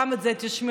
גם את זה תשמעו,